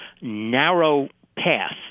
narrow-path